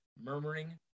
murmuring